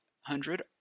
hundred